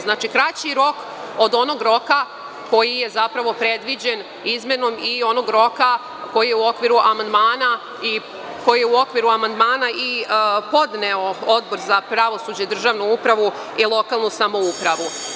Znači, kraći rok od onog roka koji je zapravo predviđen izmenom i onog roka koji je u okviru amandmana i podneo Odbor za pravosuđe, državnu upravu i lokalnu samoupravu.